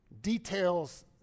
details